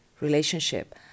relationship